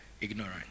ignorant